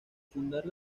fundar